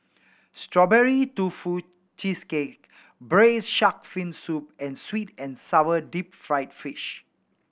Strawberry Tofu Cheesecake Braised Shark Fin Soup and sweet and sour deep fried fish